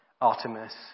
Artemis